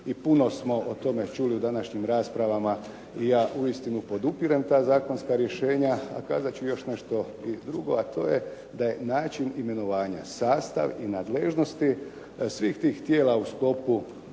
i puno smo o tome čuli u današnjim raspravama. I ja uistinu podupirem ta zakonska rješenja. A kazat ću još nešto i drugo, a to je da je način imenovanja, sastav i nadležnosti svih tih tijela u sklopu